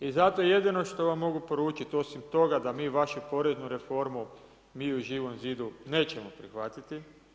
I zato jedino što vam mogu poručiti, osim toga, da mi vašu poreznu reformu, mi u Živom zidu, nećemo prihvatiti.